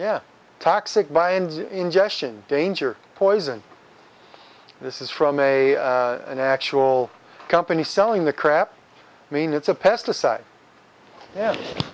yeah toxic minds ingestion danger poison this is from a an actual company selling the crap i mean it's a pesticide